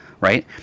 Right